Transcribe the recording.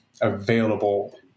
available